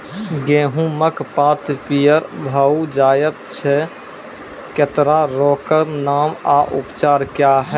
गेहूँमक पात पीअर भअ जायत छै, तेकरा रोगऽक नाम आ उपचार क्या है?